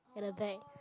at the back